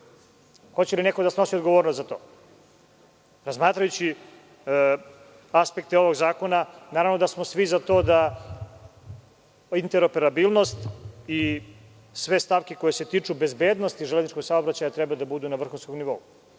Hoće li neko da snosi odgovornost za to? Razmatrajući aspekte ovog zakona, naravno da smo svi za to da interoperabilnost i sve stavke koje se tiču bezbednosti železničkog saobraćaja treba da budu na vrhunskom nivou.